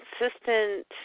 consistent